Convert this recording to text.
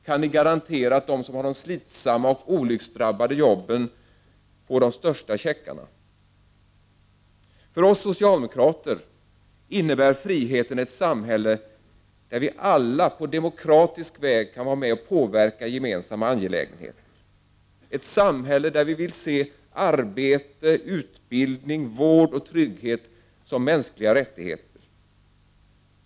Kan ni garantera att de som har de slitsamma och olycksdrabbade jobben får de största checkarna? För oss socialdemokrater innebär friheten ett samhälle, där vi alla på demokratisk väg kan vara med och påverka gemensamma angelägenheter, ett samhälle där vi vill se arbete, utbildning, vård och trygghet som mänskliga rättigheter.